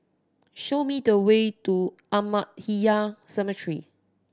show me the way to Ahmadiyya Cemetery